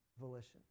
volition